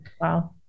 wow